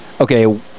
Okay